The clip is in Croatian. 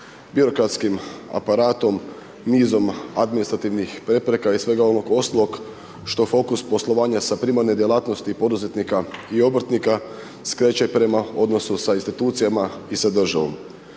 birokratskim aparatom, niz administrativnih prepreka i svega onog ostalog što fokus poslovanja sa primarne djelatnosti poduzetnika i obrtnika, skreće prema odnosu sa institucijama i sa državom.